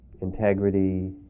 integrity